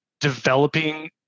developing